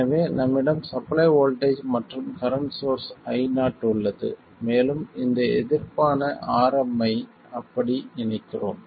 எனவே நம்மிடம் supply voltage மற்றும் கரண்ட் சோர்ஸ் IO உள்ளது மேலும் இந்த எதிர்ப்பான Rm ஐ அப்படி இணைக்கிறோம்